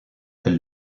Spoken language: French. elle